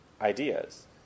ideas